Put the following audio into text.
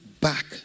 back